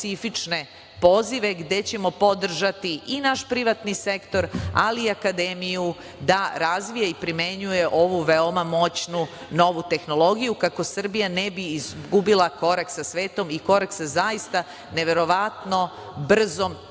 specifične pozive gde ćemo podržati i naš privatni sektor, ali i akademiju da razvija i primenjuje ovu veoma moćnu novu tehnologiju kako Srbija ne bi izgubila korak sa svetom i korak sa zaista neverovatno brzim